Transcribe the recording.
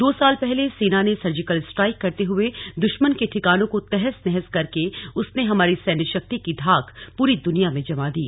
दो साल पहले सेना ने सर्जिकल स्ट्राइक करते हुए दुश्मन के ठिकानों को तहस नहस करके उसने हमारी सैन्य शक्ति की धाक पूरी दुनिया में जमा दी